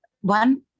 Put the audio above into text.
one